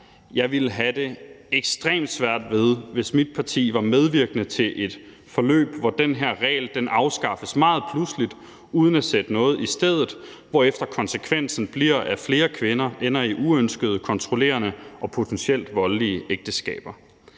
Jeg ville have det ekstremt svært ved, at mit parti var medvirkende til et forløb, hvor den her regel afskaffes meget pludseligt, uden at der sættes noget i stedet, hvorefter konsekvensen bliver, at flere kvinder ender i uønskede, kontrollerende og potentielt voldelige ægteskaber.